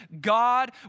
God